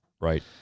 right